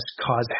cause